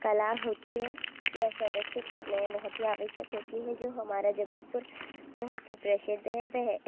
कला होती हैं यह संरक्षित करने बहुत ही आवश्यक होती हैं जो हमारा जबलपुर बहुत ही प्रसिद्ध है वह